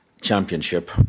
Championship